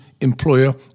employer